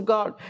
God